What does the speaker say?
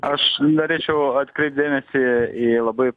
aš norėčiau atkreipt dėmesį į labai